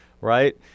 right